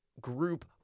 group